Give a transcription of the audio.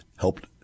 helped